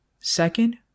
Second